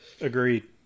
agreed